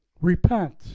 Repent